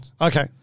Okay